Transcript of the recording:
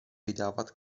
vydávat